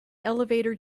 elevator